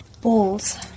balls